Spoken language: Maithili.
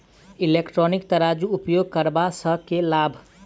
इलेक्ट्रॉनिक तराजू उपयोग करबा सऽ केँ लाभ?